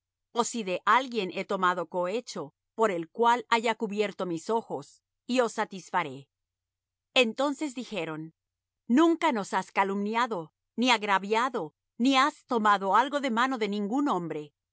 ó si de alguien he tomado cohecho por el cual haya cubierto mis ojos y os satisfaré entonces dijeron nunca nos has calumniado ni agraviado ni has tomado algo de mano de ningún hombre